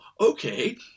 okay